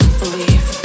believe